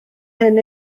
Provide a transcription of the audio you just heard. hyn